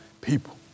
people